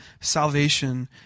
salvation